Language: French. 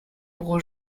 pour